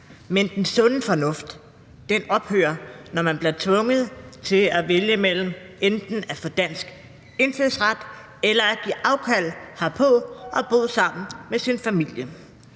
men den sunde fornuft ophører, når man bliver tvunget til at vælge imellem enten at få dansk indfødsret eller at give afkald herpå og bo sammen med sin familie.